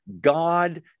God